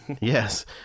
Yes